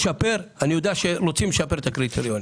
לשפר, אני יודע שרוצים לשפר את הקריטריונים.